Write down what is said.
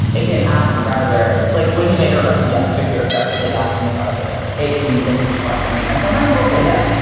it can ask the browser like when you make a request from javascript, you're effectively asking the browser, hey, can you make this request for me? and sometimes it will say no,